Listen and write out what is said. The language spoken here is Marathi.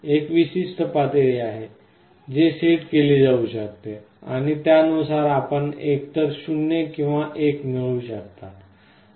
एक विशिष्ट पातळी आहे जे सेट केली जाऊ शकते आणि त्यानुसार आपण एकतर 0 किंवा 1 मिळवू शकता